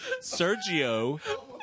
Sergio